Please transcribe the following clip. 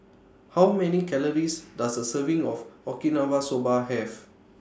How Many Calories Does A Serving of Okinawa Soba Have